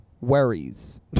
worries